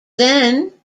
then